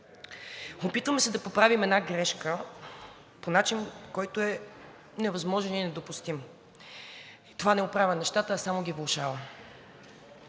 опитваме се да поправим една грешка по начин, който е невъзможен и недопустим. Това не оправя нещата, а само ги влошава.